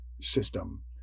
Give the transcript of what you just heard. system